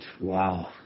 Wow